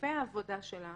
היקפי העבודה שלה